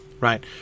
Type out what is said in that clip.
right